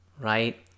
right